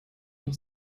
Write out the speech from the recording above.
noch